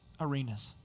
arenas